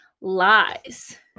lies